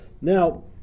Now